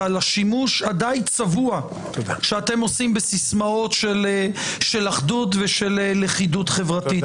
ועל השימוש הדי צבוע שאתם עושים בסיסמאות של אחדות ושל לכידות חברתית.